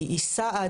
היא סעד,